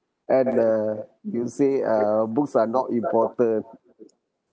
and uh you say ah books are not important